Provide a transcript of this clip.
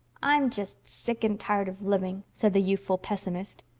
i'm just sick and tired of living, said the youthful pessimist.